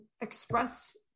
express